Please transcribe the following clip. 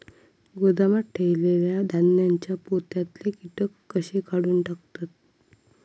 गोदामात ठेयलेल्या धान्यांच्या पोत्यातले कीटक कशे काढून टाकतत?